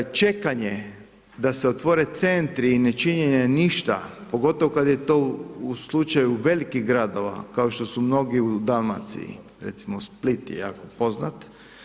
Čekanje da se otvore centri i nečinjenje ništa, pogotovo kada je to u slučaju velikih gradova kao što su mnogi u Dalmaciji, recimo Split je jako poznat.